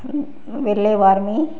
వెళ్ళే వాళ్ళం